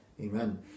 Amen